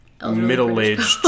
middle-aged